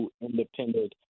independent